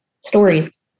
stories